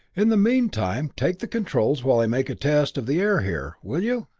in the meantime, take the controls while i make a test of the air here, will you?